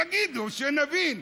תגידו, שנבין.